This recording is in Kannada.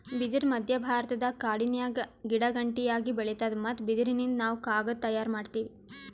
ಬಿದಿರ್ ಮಧ್ಯಭಾರತದ ಕಾಡಿನ್ಯಾಗ ಗಿಡಗಂಟಿಯಾಗಿ ಬೆಳಿತಾದ್ ಮತ್ತ್ ಬಿದಿರಿನಿಂದ್ ನಾವ್ ಕಾಗದ್ ತಯಾರ್ ಮಾಡತೀವಿ